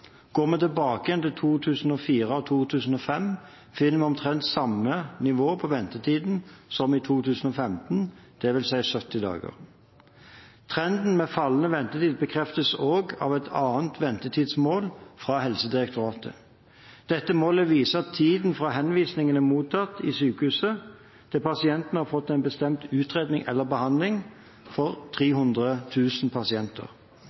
Går vi tilbake til 2004 og 2005, finner vi omtrent samme nivå på ventetiden som i 2015, dvs. 70 dager. Trenden med fallende ventetid bekreftes også av et annet ventetidsmål fra Helsedirektoratet. Dette målet viser tiden fra henvisningen er mottatt i sykehuset til pasienten har fått en bestemt utredning eller behandling, for